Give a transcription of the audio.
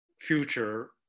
future